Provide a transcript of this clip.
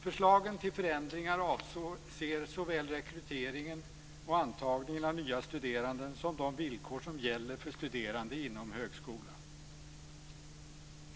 Förslagen till förändringar avser såväl rekryteringen och antagningen av nya studerande som de villkor som gäller för studerande inom högskolan.